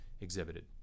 exhibited